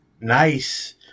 nice